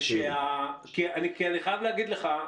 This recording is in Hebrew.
כי אני חייב להגיד לך,